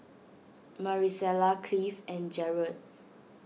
Maricela Cliff and Jarod